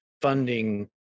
funding